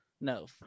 No